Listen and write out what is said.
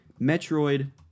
Metroid